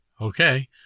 Okay